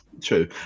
True